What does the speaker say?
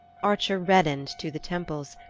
archer reddened to the temples,